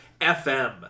FM